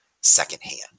secondhand